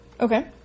Okay